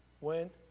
went